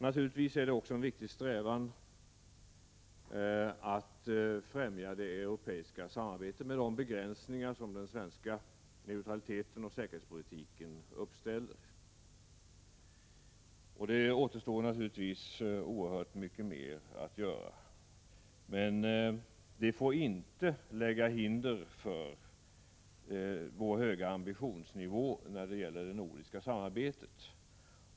Naturligtvis är det också en viktig strävan att främja det europeiska samarbetet, med de begränsningar som den svenska neutralitetspolitiken och säkerhetspolitiken uppställer — det återstår naturligtvis oerhört mycket mer att göra — men detta får inte lägga hinder för vår höga ambitionsnivå när det gäller det nordiska samarbetet.